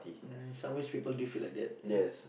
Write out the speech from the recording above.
ya in some ways people do feel like that ya